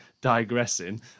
digressing